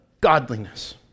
godliness